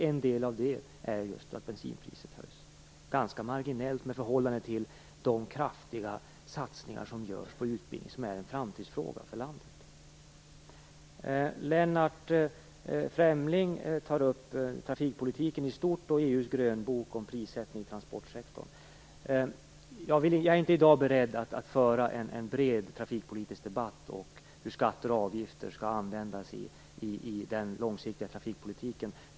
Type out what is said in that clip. En del av det är att bensinpriset höjs, ganska marginellt i förhållande till de kraftiga satsningar som görs på utbildningen, som ju är en framtidsfråga för landet. Lennart Fremling tar upp trafikpolitiken i stort och Jag är inte i dag beredd att föra en bred trafikpolitisk debatt om hur skatter och avgifter skall användas i den långsiktiga trafikpolitiken.